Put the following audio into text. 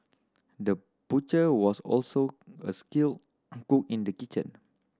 the butcher was also a skilled cook in the kitchen